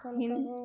ہن